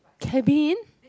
cabin